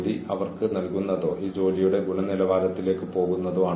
ശിക്ഷണം നൽകുമ്പോൾ നിങ്ങളുടെ കോപം നഷ്ടപ്പെടരുത്